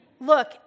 Look